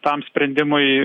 tam sprendimui